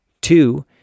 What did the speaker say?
Two